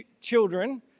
children